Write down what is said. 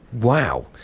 Wow